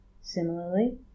Similarly